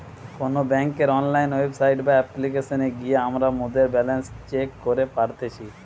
কোনো বেংকের online website বা অপ্লিকেশনে গিয়ে আমরা মোদের ব্যালান্স চেক করি পারতেছি